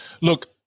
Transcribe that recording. look